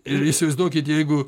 ir įsivaizduokit jeigu